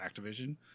Activision